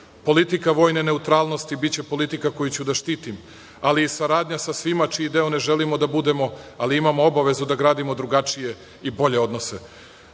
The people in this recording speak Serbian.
Politika vojne neutralnosti biće politika koju ću da štitim, ali saradnja sa svima čiji deo ne želimo da budemo, ali imamo obavezu da gradimo drugačije i bolje odnose. Takođe,